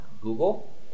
Google